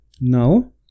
Now